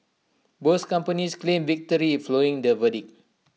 both companies claimed victory following their verdict